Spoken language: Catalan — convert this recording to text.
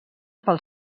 pel